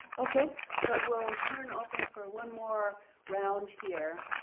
okay, so we'll turn off them for ah one more round here.